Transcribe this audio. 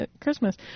Christmas